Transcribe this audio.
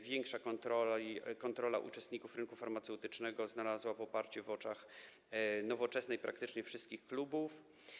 Większa kontrola uczestników rynku farmaceutycznego znalazła poparcie w oczach Nowoczesnej i praktycznie wszystkich klubów.